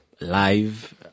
live